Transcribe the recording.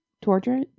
Torture